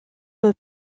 eux